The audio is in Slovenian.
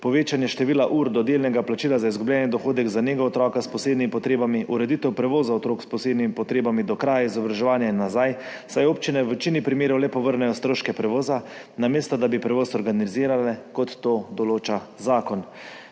povečanje števila ur do delnega plačila za izgubljeni dohodek za nego otroka s posebnimi potrebami, ureditev prevoza otrok s posebnimi potrebami do kraja izobraževanja in nazaj, saj občine v večini primerov le povrnejo stroške prevoza, namesto da bi prevoz organizirale, kot to določa zakon.